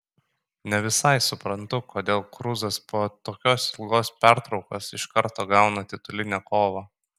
ne visai suprantu kodėl kruzas po tokios ilgos pertraukos iš karto gauna titulinę kovą